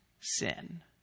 sin